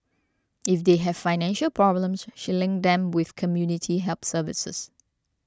if they have financial problems she link them with community help services